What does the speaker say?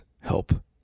help